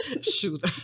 shoot